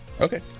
okay